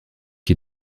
qui